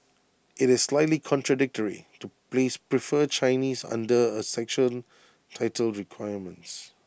IT is slightly contradictory to place prefer Chinese under A section titled requirements